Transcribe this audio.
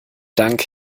dank